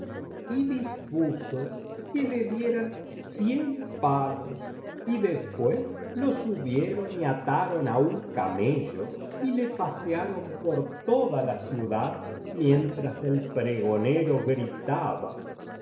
y dispuso que le dieran cien palos y después lo subieron y ataron á un camello y le pasearon por toda la ciudad mientras el pregonero gritaba